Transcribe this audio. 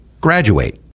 graduate